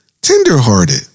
tenderhearted